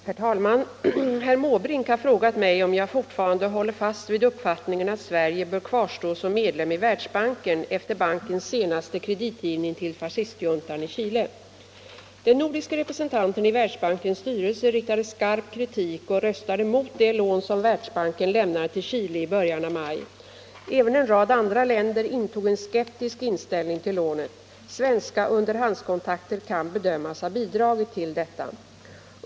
Herr talman! Herr Måbrink har frågat mig om jag fortfarande håller fast vid uppfattningen att Sverige bör kvarstå som medlem i Världsbanken efter bankens senaste kreditgivning till fascistjuntan i Chile. Den nordiska representanten i Världsbankens styrelse riktade skarp kritik och röstade mot det lån som Världsbanken lämnade till Chile i början av maj. Även en rad andra länder intog en skeptisk inställning till lånet. Svenska underhandskontakter kan bedömas ha bidragit till detta.